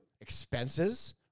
expenses